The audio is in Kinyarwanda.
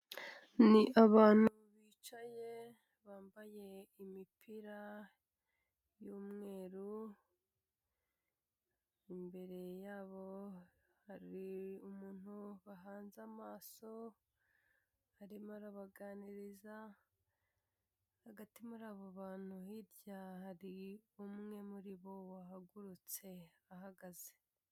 Ni abantu bicaye bambaye imipira y'umweru, imbere yabo hari umuntu bahanze amaso, arimo arabaganiriza, hagati muri abo bantu hirya hari umwe muri bo wahagurutse ahagaze.